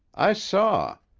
i saw.